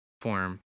form